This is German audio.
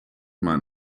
man